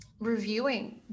reviewing